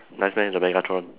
nice meh the Megatron